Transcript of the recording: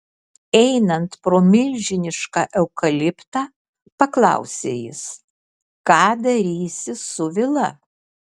einant pro milžinišką eukaliptą paklausė jis ką darysi su vila